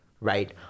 right